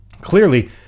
Clearly